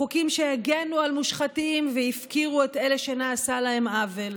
חוקים שהגנו על מושחתים והפקירו את אלו שנעשה להם עוול.